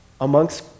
amongst